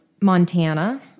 Montana